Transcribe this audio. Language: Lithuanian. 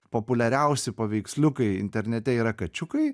populiariausi paveiksliukai internete yra kačiukai